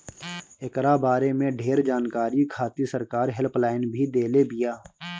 एकरा बारे में ढेर जानकारी खातिर सरकार हेल्पलाइन भी देले बिया